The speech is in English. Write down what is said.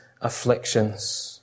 afflictions